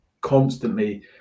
constantly